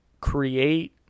create